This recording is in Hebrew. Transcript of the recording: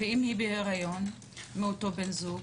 ואם היא בהריון מאותו בן זוג?